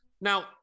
Now